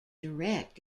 direct